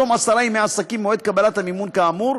עד תום עשרה ימי עסקים ממועד קבלת המימון כאמור,